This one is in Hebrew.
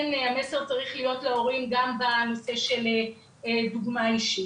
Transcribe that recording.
המסר צריך להיות להורים גם בנושא של דוגמא אישית.